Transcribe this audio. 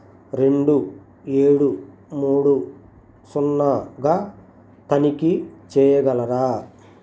రెండు ఏడు మూడు సున్నాగా తనిఖీ చేయగలరా